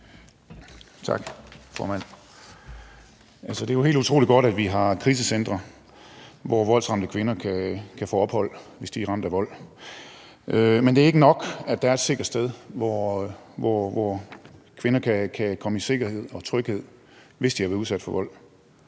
Tak, formand. Det er jo helt utroligt godt, at vi har krisecentre, hvor kvinder kan få ophold, hvis de er ramt af vold. Men det er ikke nok, at der er et sted, hvor kvinder kan komme i sikkerhed og tryghed, hvis de har været udsat for vold.